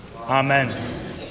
Amen